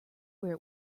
where